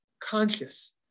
conscious